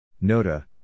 Nota